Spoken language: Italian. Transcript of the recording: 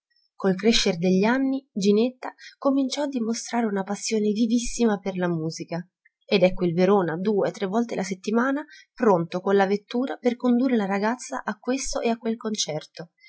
col crescer degli anni ginetta cominciò a dimostrare una passione vivissima per la musica ed ecco il verona due tre volte la settimana pronto con la vettura per condurre la ragazza a questo e a quel concerto